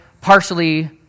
partially